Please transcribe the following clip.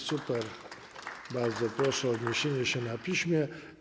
Super, bardzo proszę o odniesienie się na piśmie.